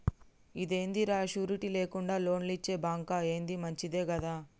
ఇదేందిరా, షూరిటీ లేకుండా లోన్లిచ్చే బాంకా, ఏంది మంచిదే గదా